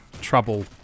trouble